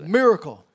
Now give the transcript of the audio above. miracle